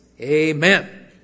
Amen